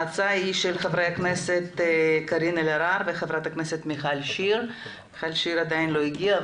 ההצעה היא של ח"כ קארין אלהרר וח"כ מיכל שיר שעדיין לא הגיעה,